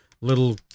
little